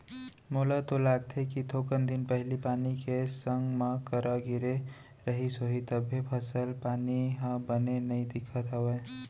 मोला तो लागथे कि थोकन दिन पहिली पानी के संग मा करा गिरे रहिस होही तभे फसल पानी ह बने नइ दिखत हवय